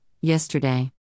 yesterday